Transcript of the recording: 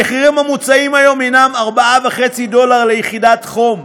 המחירים המוצעים היום הנם 4.5 דולר ליחידת חום,